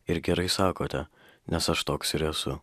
ir gerai sakote nes aš toks ir esu